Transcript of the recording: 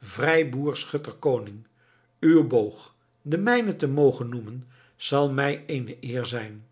vrijboer schutter koning uw boog den mijne te mogen noemen zal mij eene eer zijn